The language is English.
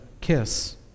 kiss